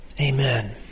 Amen